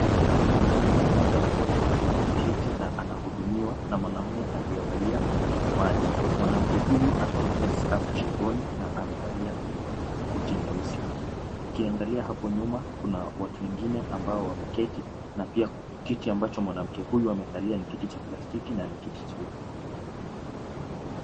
Mwanamke mmoja mrembo ameketi na anahudumiwa na mwanaume aliyevalia miwani. Mwanamke huyu amevalia skafu shingoni na amevalia koti nyeusi. Ukiangalia hapo nyuma kuna watu wengine ambao wameketi na pia kiti ambacho mwanamke huyu amekalia ni kiti cha plastiki na ni kiti cheupe.